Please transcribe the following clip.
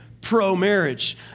pro-marriage